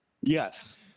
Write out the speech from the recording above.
Yes